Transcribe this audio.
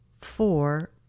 four